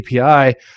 API